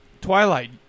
Twilight